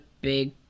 big